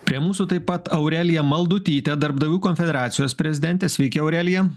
prie mūsų taip pat aurelija maldutytė darbdavių konfederacijos prezidentė sveikia aurelija